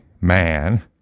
man